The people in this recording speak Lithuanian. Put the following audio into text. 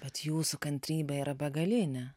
bet jūsų kantrybė yra begalinė